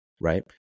right